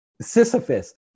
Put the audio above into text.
Sisyphus